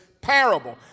parable